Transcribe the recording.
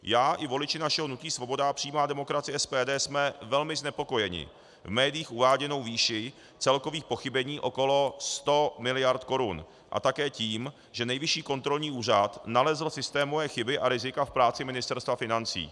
Já i voliči našeho hnutí Svoboda a přímá demokracie, SPD, jsme velmi znepokojeni v médiích uváděnou výší celkových pochybení okolo 100 mld. korun a také tím, že Nejvyšší kontrolní úřad nalezl systémové chyby a rizika v práci Ministerstva financí.